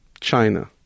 China